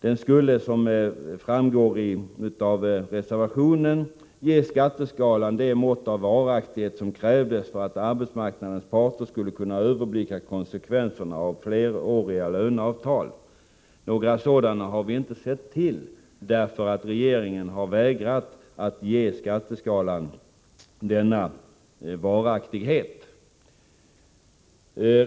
Den skulle, som framgår av reservationen, ge skatteskalan det mått av varaktighet som krävdes för att arbetsmarknadens parter skulle kunna överblicka konsekvenserna av fleråriga löneavtal. Några sådana har vi inte sett till — därför att regeringen har vägrat att ge skatteskalan denna varaktighet.